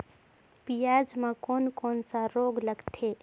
पियाज मे कोन कोन सा रोग लगथे?